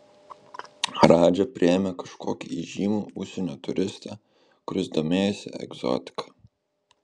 radža priėmė kažkokį įžymų užsienio turistą kuris domėjosi egzotika